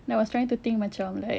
I was trying to think macam like